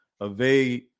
evade